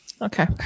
Okay